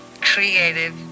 creative